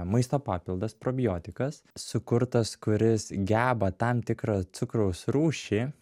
maisto papildas probiotikas sukurtas kuris geba tam tikrą cukraus rūšį